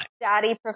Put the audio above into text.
daddy